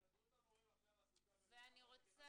הסתדרות המורים עכשיו עסוקה במלחמה נגד